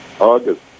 August